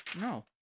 No